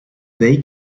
they